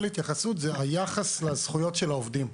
להתייחסות והוא היחס לזכויות של העובדים.